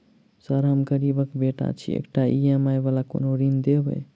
Sir हम गरीबक बेटा छी एकटा ई.एम.आई वला कोनो ऋण देबै?